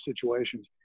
situations